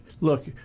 look